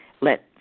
Let